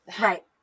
right